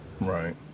Right